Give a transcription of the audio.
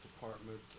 department